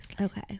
Okay